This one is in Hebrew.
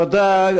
תודה.